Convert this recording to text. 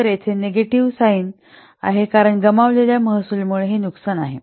तर हे येथे नेगेटिव्ह साइन आहे कारण गमावलेल्या महसुलामुळे हे नुकसान आहे